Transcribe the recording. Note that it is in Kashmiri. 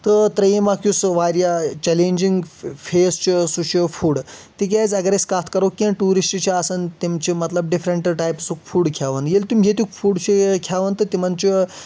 تہٕ تریٚیم اکھ یُس سُہ ورایاہ چیلنجنگ فیز چھ سہُ چھُ فُڈ تِکیٚازِ اَگر أسۍ کَتھ کَرو کیٚنٛہہ ٹوٗرِسٹ چھِ آسان تِم چھِ مطلب ڈفرنٛٹ ٹائپسُک فُڈ کھٮ۪وان ییٚلہِ تِم ییتیُک فُڈ چھ کھٮ۪وان تہٕ تِمن چھُ